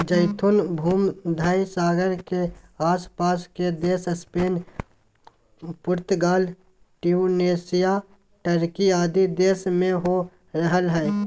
जैतून भूमध्य सागर के आस पास के देश स्पेन, पुर्तगाल, ट्यूनेशिया, टर्की आदि देश में हो रहल हई